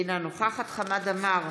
אינה נוכחת חמד עמאר,